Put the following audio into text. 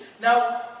Now